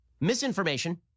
Misinformation